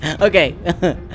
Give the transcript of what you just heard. Okay